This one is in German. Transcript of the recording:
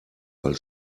als